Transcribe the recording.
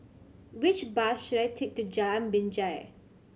which bus should I take to Jalan Binjai